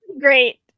great